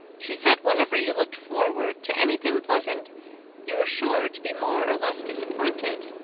she said whenever you looked forward to anything pleasant you were sure to be more or less disappointed.